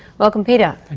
welcome, peter.